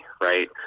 right